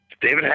David